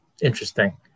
interesting